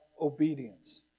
obedience